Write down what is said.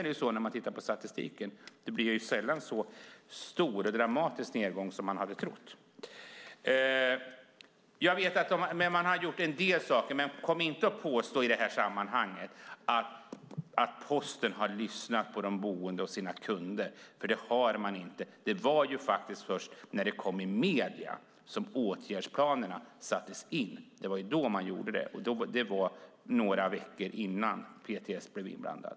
Men när man tittar på statistiken ser man att det sällan blir en så stor och dramatisk nedgång som man hade trott. Man har gjort en del saker. Men kom inte och påstå i detta sammanhang att Posten har lyssnat på de boende och på sina kunder, för det har man inte. Det var först när detta togs upp i medierna som åtgärdsplanerna sattes in. Det var då man gjorde det, och det var några veckor innan PTS blev inblandad.